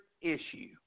issue